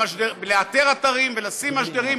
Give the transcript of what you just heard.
לאתר אתרים ולשים משדרים,